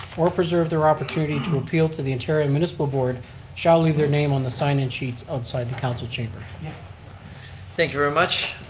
or preserve their opportunity to appeal to the ontario and municipal board shall leave their name on the sign-in sheets outside the council chamber. yeah thank you very ah much,